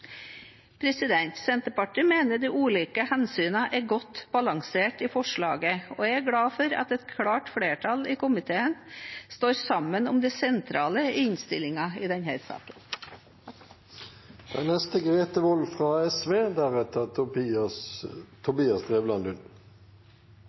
Senterpartiet mener de ulike hensynene er godt balansert i forslaget, og jeg er glad for at et klart flertall i komiteen står sammen om det sentrale i innstillingen i denne saken.